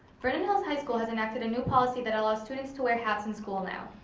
vernon hills high school has enacted a new policy that allows students to wear hats in school now.